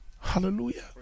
Hallelujah